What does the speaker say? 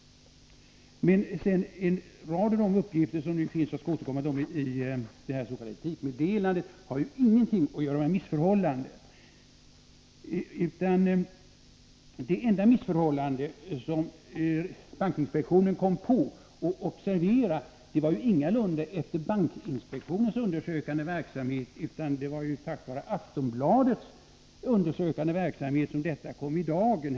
En rad av de uppgifter som nu finns — jag skall återkomma till dem —i detta s.k. etikmeddelande har ingenting att göra med missförhållanden. Det handlar om det enda missförhållande som bankinspektionen har kommit på. Observera att det ingalunda var efter bankinspektionens undersökande verksamhet, utan tack vare Aftonbladets undersökande verksamhet som detta kom i dagen.